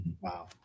Wow